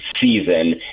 season